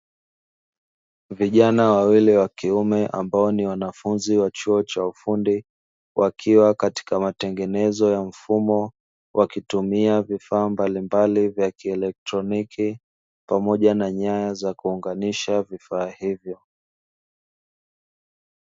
Vijana wawili wa kiume ambao ni wanafunzi wa chuo cha ufundi wakiwa katika matengenezo ya mfumo wakitumia vifaa mbalimbali vya kielektroniki pamoja na nyaya za kuunganisha vifaa hivyo.